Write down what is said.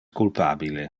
culpabile